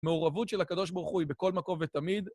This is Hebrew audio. מעורבות של הקדוש ברוך היא בכל מקום ותמיד.